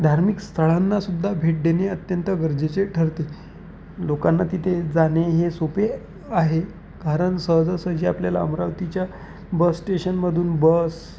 धार्मिक स्थळांनासुद्धा भेट देणे अत्यंत गरजेचे ठरते लोकांना तिथे जाणे हे सोपे आहे कारण सहजासहजी आपल्याला अमरावतीच्या बस स्टेशनमधून बस